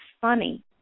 funny